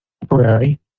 temporary